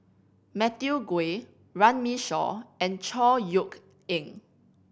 Matthew Ngui Runme Shaw and Chor Yeok Eng